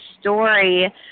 story